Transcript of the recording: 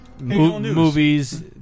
Movies